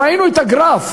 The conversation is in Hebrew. ראינו את הגרף,